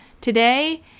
Today